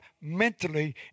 mentally